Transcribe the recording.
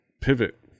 pivot